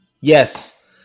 Yes